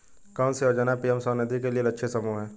कौन सी योजना पी.एम स्वानिधि के लिए लक्षित समूह है?